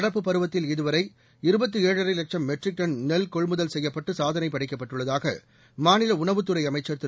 நடப்பு பருவத்தில் இதுவரை இருபத்து ஏழரை லட்சம் மெட்ரிக் டன் நெல் கொள்முதல் செய்யப்பட்டு சாதனை படைக்கப்பட்டுள்ளதாக மாநில உணவுத்துறை அமைச்சர் திரு